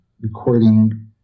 Recording